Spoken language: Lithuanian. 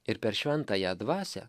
ir per šventąją dvasią